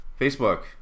Facebook